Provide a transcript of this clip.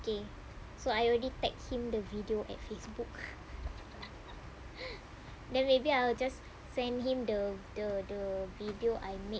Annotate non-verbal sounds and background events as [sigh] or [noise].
okay so I already tag him the video at facebook [laughs] then maybe I'll just send him the the the video I make